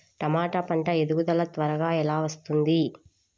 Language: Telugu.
టమాట పంట ఎదుగుదల త్వరగా ఎలా వస్తుంది?